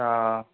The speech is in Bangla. হ্যাঁ